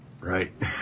Right